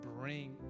bring